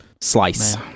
slice